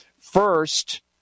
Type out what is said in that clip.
First